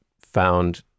found